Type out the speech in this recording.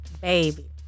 Baby